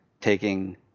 taking